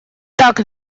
так